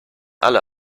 alle